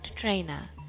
trainer